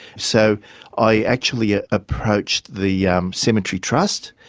so i actually ah approached the yeah um cemetery trust,